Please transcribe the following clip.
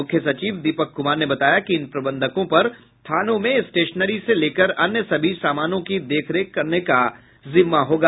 मुख्य सचिव दीपक कुमार ने बताया कि इन प्रबंधकों पर थानों में स्टेशनरी से लेकर अन्य सभी समानों की देखरेख करने का जिम्मा होगा